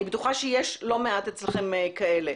אני בטוחה שיש לא מעט אצלכם כאלה.